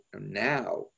now